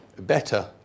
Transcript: better